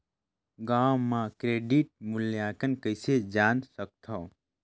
गांव म क्रेडिट मूल्यांकन कइसे जान सकथव?